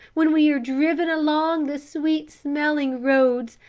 when we are driven along the sweet smelling roads,